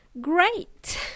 Great